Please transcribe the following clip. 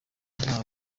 nta